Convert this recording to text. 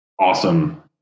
awesome